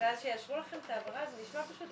ואז שיאשרו לכם את העברה, זה נשמע לא